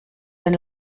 den